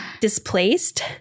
displaced